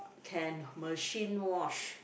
can machine wash